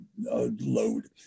load